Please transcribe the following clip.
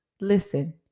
listen